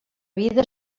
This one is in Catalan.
vida